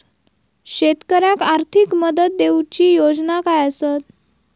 शेतकऱ्याक आर्थिक मदत देऊची योजना काय आसत?